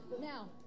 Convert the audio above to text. Now